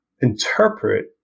interpret